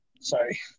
Sorry